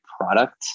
product